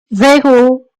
zéro